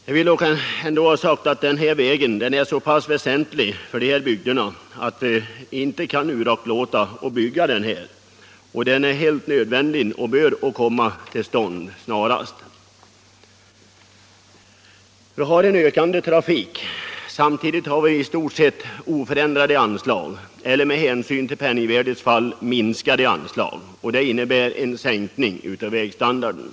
Jag vill ändå ha sagt att den aktuella vägen är så pass väsentlig för bygderna att man inte kan uraktlåta att bygga den. Det är helt nödvändigt att den kommer till stånd snarast. Trafiken ökar. Samtidigt är väganslagen i stort sett oförändrade eller — med hänsyn till penningvärdets fall — minskade. Det innebär en sänkning av vägstandarden.